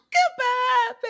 Goodbye